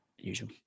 usual